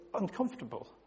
uncomfortable